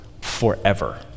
forever